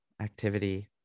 activity